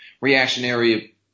reactionary